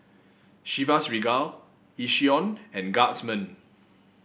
Chivas Regal Yishion and Guardsman